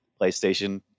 PlayStation